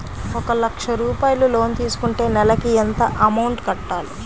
ఒక లక్ష రూపాయిలు లోన్ తీసుకుంటే నెలకి ఎంత అమౌంట్ కట్టాలి?